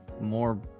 more